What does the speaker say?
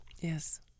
Yes